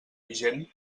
vigent